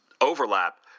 Overlap